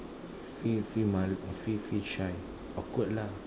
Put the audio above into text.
feel feel mal~ feel feel shy awkward lah